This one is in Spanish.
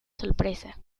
sorpresa